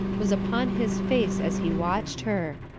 was upon his face as he watched her.